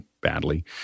badly